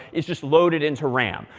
is just loaded into ram.